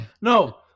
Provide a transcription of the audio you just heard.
no